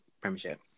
Premiership